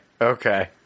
Okay